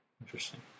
Interesting